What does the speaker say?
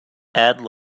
add